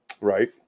right